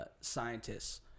scientists